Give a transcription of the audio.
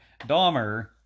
Dahmer